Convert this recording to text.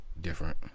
different